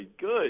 good